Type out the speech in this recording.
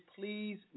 Please